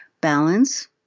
balance